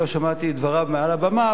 לא שמעתי את דבריו מעל הבמה,